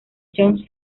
john